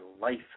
life